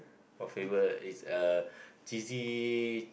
what flavor is a cheesy